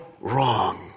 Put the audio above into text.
wrong